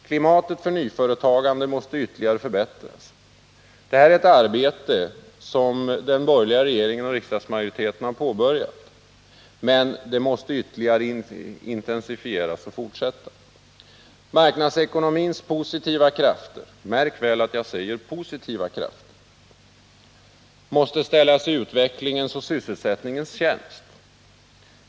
Klimatet för nyföretagande måste ytterligare förbättras. Detta är ett arbete som den borgerliga regeringen och riksdagsmajoriteten har påbörjat, men det måste ytterligare intensifieras och fortsättas. Marknadsekonomins positiva krafter — märk väl att jag säger positiva krafter — måste ställas i utvecklingens och sysselsättningens tjänst.